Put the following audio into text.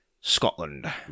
Scotland